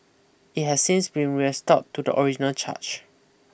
it has since been restored to the original charge